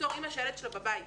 בתור אימא שהילד שלה יושב בבית.